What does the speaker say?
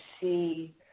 see